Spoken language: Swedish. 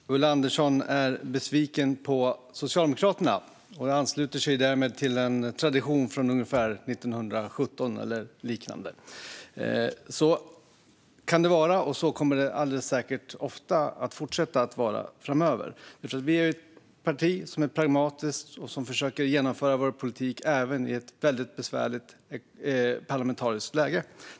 Fru talman! Ulla Andersson är besviken på Socialdemokraterna och ansluter sig därmed till en tradition från 1917 eller något liknande. Så kan det vara och kommer alldeles säkert ofta att fortsätta vara framöver. Vi är ett parti som är pragmatiskt och försöker genomföra vår politik även i ett väldigt besvärligt parlamentariskt läge.